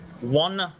one